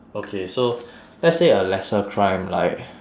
okay so let's say a lesser crime like